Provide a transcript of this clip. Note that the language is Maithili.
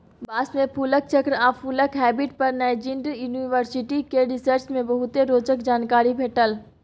बाँस मे फुलक चक्र आ फुलक हैबिट पर नैजिंड युनिवर्सिटी केर रिसर्च मे बहुते रोचक जानकारी भेटल